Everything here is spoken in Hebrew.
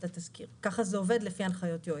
התזכיר - כך זה עובד לפי הנחיות יועץ.